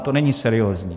To není seriózní.